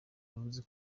yavuze